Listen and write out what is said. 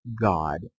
God